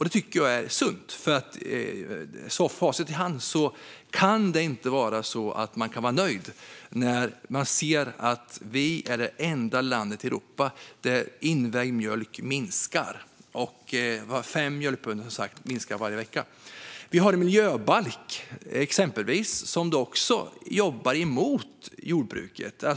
Det tycker jag är sunt, för med facit i hand kan man inte vara nöjd när man ser att vi är det enda land i Europa där mängden invägd mjölk minskar och antalet mjölkbönder minskar med fem varje vecka. Vi har en miljöbalk som jobbar emot jordbruket.